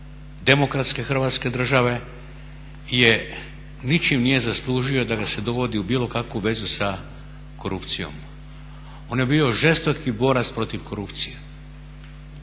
demokratske Hrvatske države ničim nije zaslužio da ga se dovodi u bilo kakvu vezu sa korupcijom. On je bio žestoki borac protiv korupcije